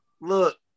look